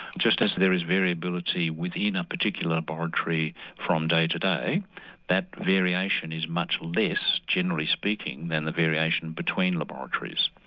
just as there is variability within a particular but laboratory from day to day that variation is much less generally speaking than the variation between laboratories.